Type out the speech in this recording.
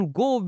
go